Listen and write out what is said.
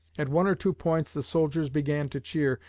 at one or two points the soldiers began to cheer,